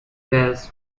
bears